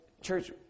church